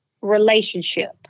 relationship